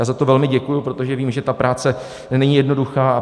Za to velmi děkuji, protože vím, že ta práce není jednoduchá.